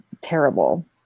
terrible